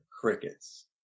crickets